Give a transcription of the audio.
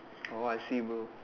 oh I see bro